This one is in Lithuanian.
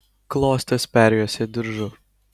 klostes perjuosė diržu